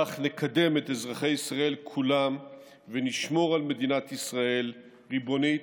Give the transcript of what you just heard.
כך נקדם את אזרחי ישראל כולם ונשמור על מדינת ישראל ריבונית,